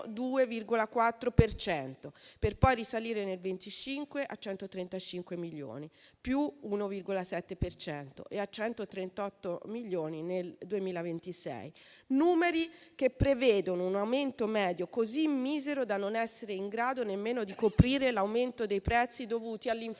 per poi risalire nel 2025 a 135 milioni (+1,7 per cento) e a 138 milioni nel 2026. Sono numeri che prevedono un aumento medio così misero da non essere in grado nemmeno di coprire l'aumento dei prezzi dovuto all'inflazione.